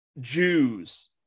Jews